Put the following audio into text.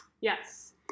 Yes